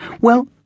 Well